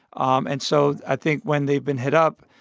um and so i think when they've been hit up,